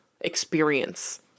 experience